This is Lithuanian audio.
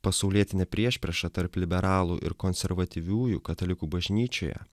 pasaulietinė priešprieša tarp liberalų ir konservatyviųjų katalikų bažnyčioje